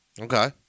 Okay